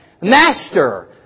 Master